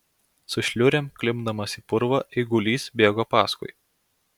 su šliurėm klimpdamas į purvą eigulys bėgo paskui